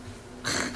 !wah!